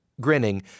Grinning